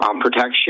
protection